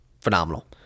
phenomenal